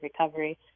recovery